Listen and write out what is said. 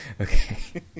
Okay